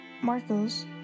Marcos